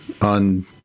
on